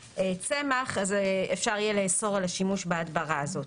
בצמח אז אפשר יהיה לאסור על השימוש בהדברה הזאת.